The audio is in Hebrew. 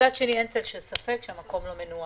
מצד שני, אין צל של ספק, שהמקום לא מנוהל.